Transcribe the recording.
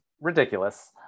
ridiculous